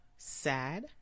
Sad